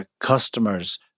customers